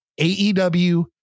AEW